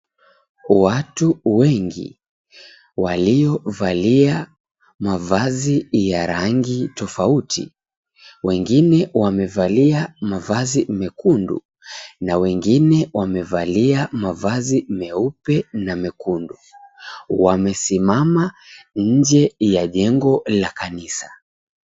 Watu wengi waliovalia mavazi ya rangi tofauti, wengine wamevalia mavazi mekundu na wengine wamevalia mavazi meupe na mekundu wamesimama nje ya jengo la kanisa.